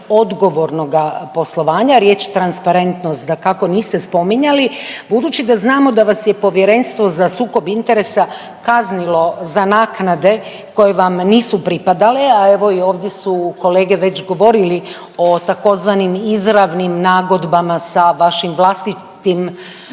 odgovornoga poslovanja, riječ transparentnost dakako niste spominjali, budući da znamo da vas je Povjerenstvo za sukob interesa kaznilo za naknade koje vam nisu pripadale, a evo i ovdje su kolege već govorili o tzv. izravnim nagodbama sa vašim vlastitom